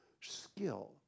skill